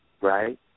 Right